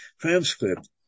transcript